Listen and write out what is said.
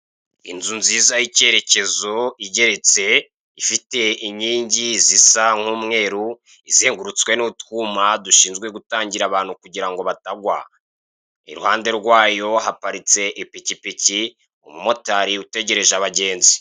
Inzu nziza y'icyerekezo igeretse ifite inkingi zisa nk'umweru izengurutswe nutwuma dushinzwe gutangira abantu kugirango batagwa, iruhande rwayo haparitse ipikipiki umumotari utegereje abagenzi.